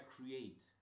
create